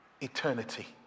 eternity